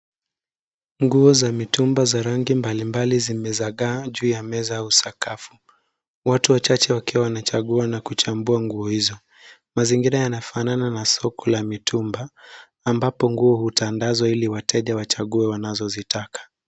Nguo za mitumba za rangi mbalimbali zimesaga juu ya meza au sakafu. watu wachache wakiwa wanachagua na kuchambua nguo hizo. Mazingira yanafanana na soko la mitumba ambapo nguoo hutandazwa ili wateja wachaguwe wanapozitaka.